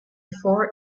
four